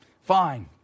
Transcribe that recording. fine